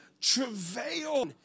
travail